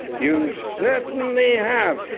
you certainly have!